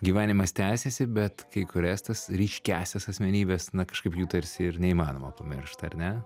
gyvenimas tęsiasi bet kai kurias tas ryškiąsias asmenybes na kažkaip jų tarsi ir neįmanoma pamiršt ar ne